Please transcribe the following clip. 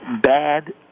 bad